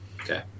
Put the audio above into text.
Okay